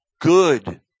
good